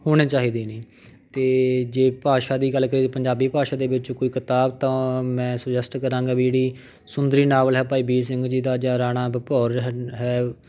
ਹੋਣੇ ਚਾਹੀਦੇ ਨੇ ਅਤੇ ਜੇ ਭਾਸ਼ਾ ਦੀ ਗੱਲ ਕਰੀਏ ਪੰਜਾਬੀ ਭਾਸ਼ਾ ਦੇ ਵਿੱਚ ਕੋਈ ਕਿਤਾਬ ਤਾਂ ਮੈਂ ਸੁਜੈਸਟ ਕਰਾਂਗਾ ਵੀ ਜਿਹੜੀ ਸੁੰਦਰੀ ਨਾਵਲ ਹੈ ਭਾਈ ਵੀਰ ਸਿੰਘ ਜੀ ਦਾ ਜਾਂ ਰਾਣਾ ਬਭੋਰ ਹਨ ਹੈ